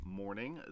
morning